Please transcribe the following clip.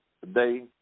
today